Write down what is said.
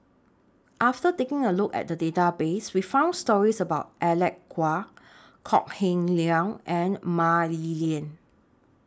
after taking A Look At The Database We found stories about Alec Kuok Kok Heng Leun and Mah Li Lian